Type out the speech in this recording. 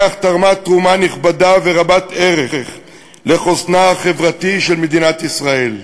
בכך תרמה תרומה נכבדה ורבת-ערך לחוסנה החברתי של מדינת ישראל.